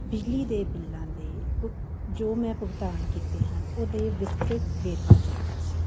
ਬਿਜਲੀ ਦੇ ਬਿੱਲਾਂ ਦੇ ਭੁ ਜੋ ਮੈਂ ਭੁਗਤਾਨ ਕੀਤੇ ਹਨ ਉਹਦੇ ਵਿਸਤ੍ਰਿਤ ਵੇਰਵਾ ਚਾਹੀਦਾ ਸੀ